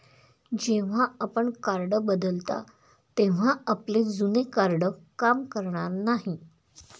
जेव्हा आपण कार्ड बदलता तेव्हा आपले जुने कार्ड काम करणार नाही